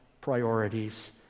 priorities